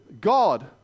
God